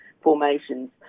formations